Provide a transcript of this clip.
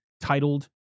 titled